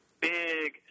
big